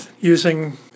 using